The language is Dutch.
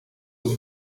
het